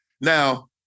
Now